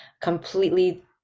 completely